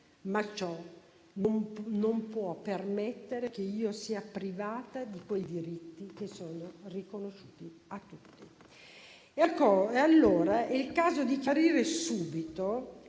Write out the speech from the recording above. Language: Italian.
ma ciò non può permettere che io sia privata di quei diritti che sono riconosciuti a tutti.